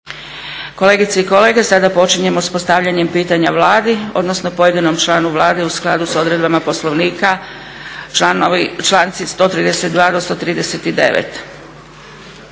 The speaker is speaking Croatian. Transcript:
Kolegice i kolege, sada postavljamo s postavljanjem pitanja Vladi odnosno pojedinom članu Vlade u skladu s odredbama Poslovnika članci 132.do 139.